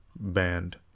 band